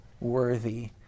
worthy